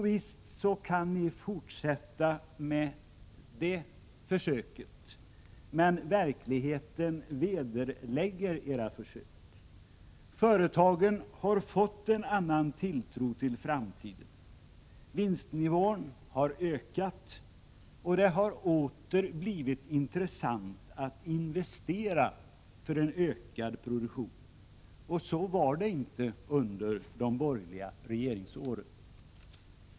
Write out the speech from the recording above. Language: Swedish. Visst kan ni fortsätta med det försöket, men verkligheten vederlägger era försök. Företagen har fått en annan tilltro till framtiden. Vinstnivån har ökat, och det har åter blivit intressant att investera för en ökad produktion. Så var det inte under de borgerliga regeringsåren.